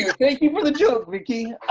you, thank you for the joke, vicki.